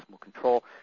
control